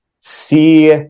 see